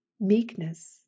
meekness